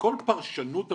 וכל פרשנות הפסיקה,